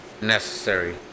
necessary